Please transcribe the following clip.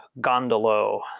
Gondolo